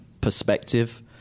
perspective